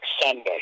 Sunday